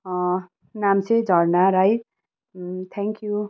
नाम चाहिँ झरना राई थ्याङ्क्यु